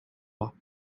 luck